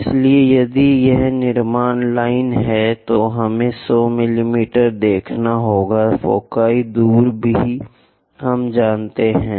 इसलिए यदि यह निर्माण लाइनें हैं तो हमें 100 मिमी दिखाना होगा फोकी दूरी भी हम जानते हैं